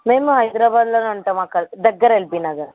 మేము హైదరాబాదులోనే ఉంటాము అక్క దగ్గర ఎల్బి నగర్